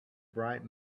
bright